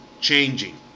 changing